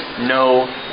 no